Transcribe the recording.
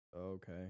Okay